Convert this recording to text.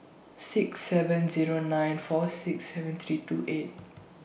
six seven Zero nine four six seven three two eight